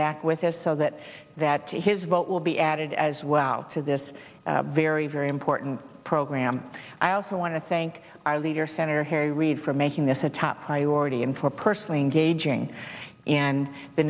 back with us so that that his vote will be added as well to this very very important program i also want to thank our leader senator harry reid for making this a top priority and for personally engaging and the